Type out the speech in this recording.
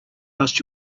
lost